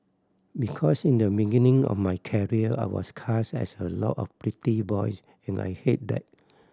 because in the beginning of my career I was cast as a lot of pretty boys and I hated that